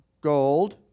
gold